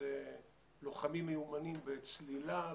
שאלה לוחמים מיומנים בצלילה,